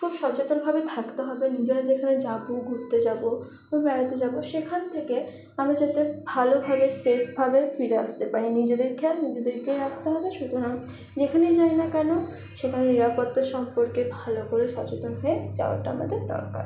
খুব সচেতনভাবে থাকতে হবে নিজেরা যেখানে যাব ঘুরতে যাব বা বেড়াতে যাব সেখান থেকে আমরা যাতে ভালোভাবে সেফভাবে ফিরে আসতে পারি নিজেদের খেয়াল নিজেদেরকেই রাখতে হবে সুতারাং যেখানেই যাই না কেন সেখানে নিরাপত্তা সম্পর্কে ভালো করে সচেতন হয়ে যাওয়াটা আমাদের দরকার